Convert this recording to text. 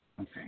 Okay